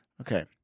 Okay